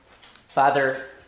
Father